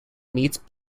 meets